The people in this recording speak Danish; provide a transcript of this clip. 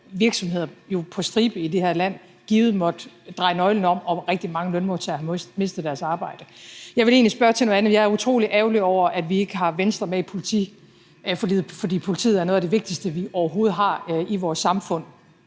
virksomheder i det her land jo på stribe givet måttet dreje nøglen om, og rigtig mange lønmodtagere havde mistet deres arbejde. Jeg vil egentlig spørge til noget andet. Jeg er utrolig ærgerlig over, at vi ikke har Venstre med i politiforliget, fordi politiet er noget af det vigtigste, vi overhovedet har i vores samfund.